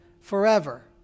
forever